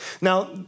Now